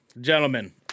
Gentlemen